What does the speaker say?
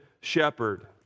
shepherd